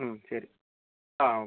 ശരി ആ ഓക്കെ